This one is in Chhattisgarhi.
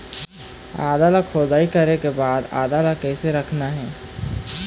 आदा ला खोदाई करे के बाद आदा ला कैसे रखना हे?